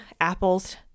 Apples